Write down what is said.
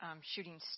shooting